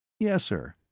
yes, sir.